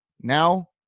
Now